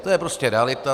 To je prostě realita.